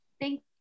Thank